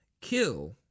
kill